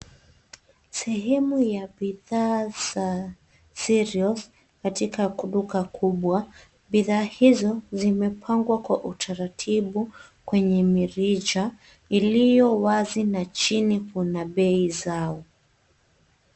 Sehemu ya bidhaa za cereals , katika duka kubwa. Bidhaa hizo zimepangwa kwa utaratibu, kwenye mirija iliyo wazi na chini kuna bei zao.